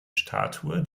statue